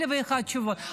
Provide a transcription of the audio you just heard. אלף ואחת תשובות.